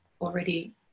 already